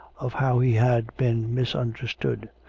of how he had been misunderstood,